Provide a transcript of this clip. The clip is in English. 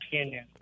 opinion